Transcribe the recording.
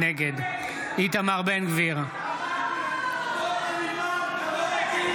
נגד --- למה אתם נגד?